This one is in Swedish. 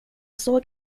såg